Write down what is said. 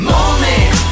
Moment